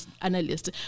analyst